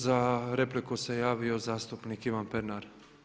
Za repliku se javio zastupnik Ivan Pernar.